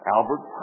Albert